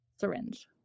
syringe